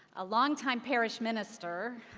a long time parish minister,